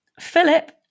Philip